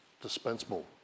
dispensable